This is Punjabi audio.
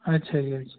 ਅੱਛਾ ਜੀ ਅੱਛਾ